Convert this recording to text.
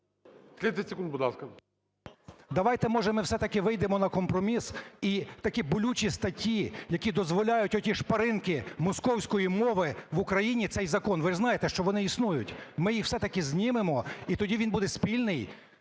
Давайте, може, ми все-таки вийдемо на компроміс - і такі болючі статті, які дозволяють оті шпаринки московської мови в Україні, цей закон, ви ж знаєте, що вони існують, ми їх все-таки знімемо, і тоді він буде спільний,